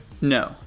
No